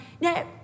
no